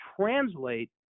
translate